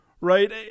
right